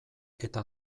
eta